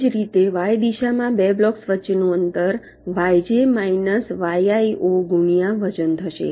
એ જ રીતે વાય દિશામાં બે બ્લોક્સ વચ્ચેનું અંતર વાયજે માયનસ વાયઆઈ 0 ગુણ્યા વજન થશે